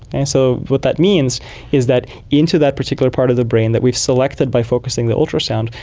and so what that means is that into that particular part of the brain that we've selected by focusing the ultrasound,